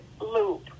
loop